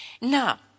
Now